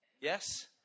Yes